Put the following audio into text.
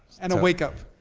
and, a wake up.